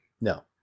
No